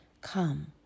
Come